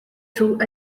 through